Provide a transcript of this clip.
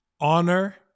honor